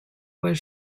was